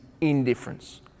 indifference